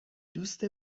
دوست